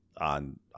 on